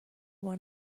want